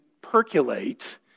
percolate